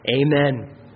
Amen